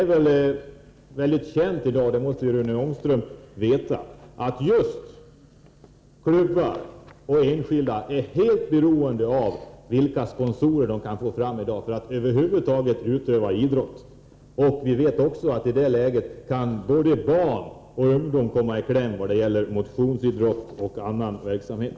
Det är väl känt, så det måste väl Rune Ångström veta, att klubbar och enskilda i dag är helt beroende av vilka sponsorer de kan få fram för att över huvud taget kunna utöva idrott. Vi vet också att i det läget kan både barn och ungdom komma i kläm då det gäller motionsidrott och annan verksamhet.